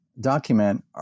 document